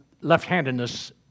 left-handedness